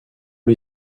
les